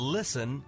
listen